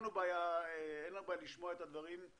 שמדינות עתירות יותר